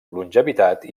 longevitat